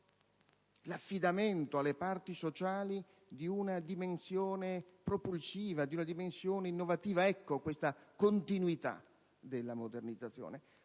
l'affidamento alle parti sociali di una dimensione propulsiva ed innovativa: ecco, dunque, la continuità della modernizzazione.